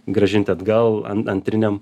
grąžinti atgal an antriniam